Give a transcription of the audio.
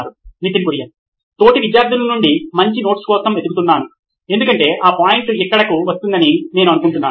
Nitin Kurian COO నోయిన్ electronics తోటి విద్యార్ధులు నుండి మంచి నోట్స్ కోసం వెతుకుతున్నాను ఎందుకంటే ఆ పాయింట్ ఇక్కడకు వస్తుందని నేను అనుకుంటున్నాను